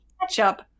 ketchup